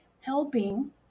helping